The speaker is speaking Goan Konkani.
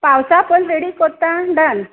पावसा पोन रेडी कोत्ता डन